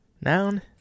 Noun